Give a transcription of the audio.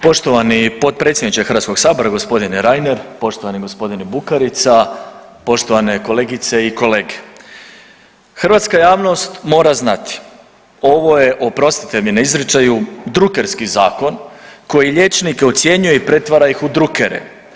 Poštovani potpredsjedniče Hrvatskog sabora gospodine Reiner, poštovani gospodine Bukarica, poštovane kolegice i kolege, hrvatska javnost mora znati ovo je oprostite mi na izričaju drukerski zakon koji liječnike ucjenjuje i pretvara ih u drukere.